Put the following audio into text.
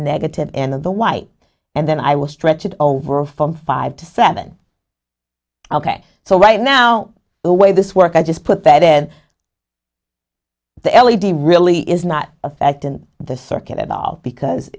negative end of the y and then i will stretch it over from five to seven ok so right now the way this work i just put that in the l e d really is not affecting the circuit at all because